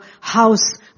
house